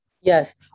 yes